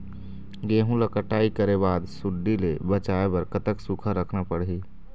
गेहूं ला कटाई करे बाद सुण्डी ले बचाए बर कतक सूखा रखना पड़ही?